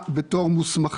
מי שמכיר את הסיפור של